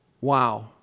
Wow